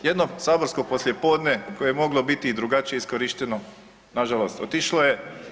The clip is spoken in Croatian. Jedno saborsko poslijepodne koje je moglo biti i drugačije iskorišteno na žalost otišlo je.